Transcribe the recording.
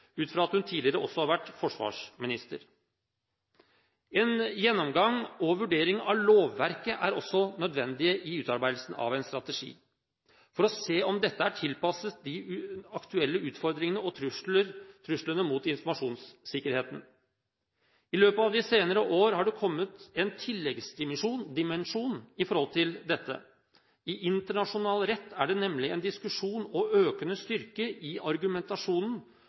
ut fra at hun tidligere har vært forsvarsminister. En gjennomgang og vurdering av lovverket er også nødvendig i utarbeidelsen av en strategi, for å se om dette er tilpasset de aktuelle utfordringene og truslene mot informasjonssikkerheten. I løpet av de senere år har det kommet en tilleggsdimensjon til dette. I internasjonal rett er det nemlig en diskusjon og en økende styrke i argumentasjonen